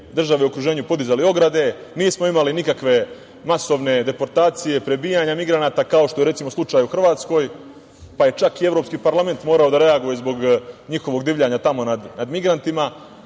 države u okruženju podizali ograde, nismo imali nikakve masovne deportacije, prebijanja migranata, kao što je recimo slučaj u Hrvatskoj, pa je čak i Evropski parlament morao da reaguje zbog njihovog divljanja tamo nad migrantima,